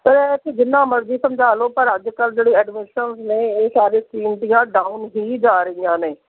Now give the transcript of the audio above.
sir ਅਸੀਂ ਜਿੰਨਾ ਮਰਜ਼ੀ ਸਮਝਾ ਲਓ ਪਰ ਅੱਜ ਕੱਲ੍ਹ ਜਿਹੜੇ ਐਡਮਿਸ਼ਨਸ ਨੇ ਇਹ ਸਾਰੇ ਸਟ੍ਰੀਮ ਦੀਆਂ ਡਾਊਨ ਹੀ ਜਾ ਰਹੀਆਂ ਨੇ